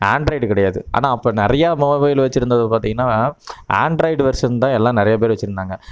Android கிடையாது ஆனால் அப்போ நிறையா மொபைலு வச்சுருந்தது பார்த்தீங்கனா ஆன்ட்ராய்டு வெர்ஷன் தான் எல்லாம் நிறையா பேர் வச்சுருந்தாங்க